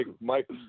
Mike